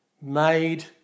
made